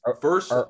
first